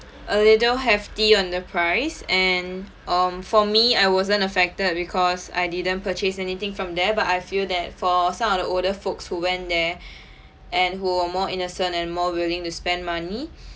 a little hefty on the price and um for me I wasn't affected because I didn't purchase anything from there but I feel that for some of the older folks who went there and who are more innocent and more willing to spend money